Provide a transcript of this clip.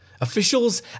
Officials